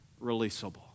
releasable